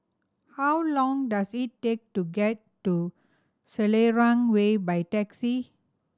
how long does it take to get to Selarang Way by taxi